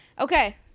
Okay